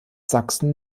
sachsen